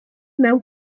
mewn